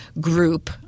group